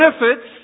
benefits